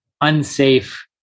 unsafe